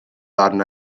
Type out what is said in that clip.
arna